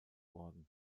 worden